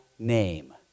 Name